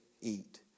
Eat